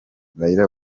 raila